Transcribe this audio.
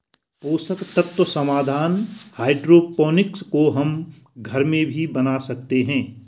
पोषक तत्व समाधान हाइड्रोपोनिक्स को हम घर में भी बना सकते हैं